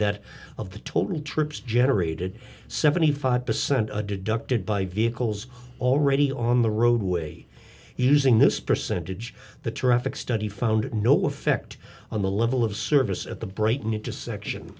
the total trips generated seventy five percent deducted by vehicles already on the roadway using this percentage the traffic study found no effect on the level of service at the brighton it just section